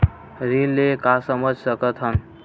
ऋण ले का समझ सकत हन?